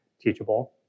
teachable